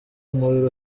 umubiri